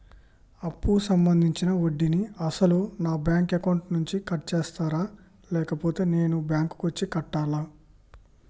అప్పు సంబంధించిన వడ్డీని అసలు నా బ్యాంక్ అకౌంట్ నుంచి కట్ చేస్తారా లేకపోతే నేను బ్యాంకు వచ్చి కట్టాలా?